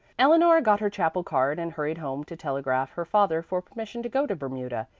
eleanor got her chapel card and hurried home to telegraph her father for permission to go to bermuda,